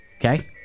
Okay